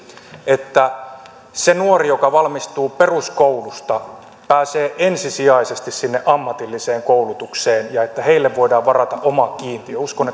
että se nuori joka valmistuu peruskoulusta pääsee ensisijaisesti sinne ammatilliseen koulutukseen ja että heille voidaan varata oma kiintiö uskon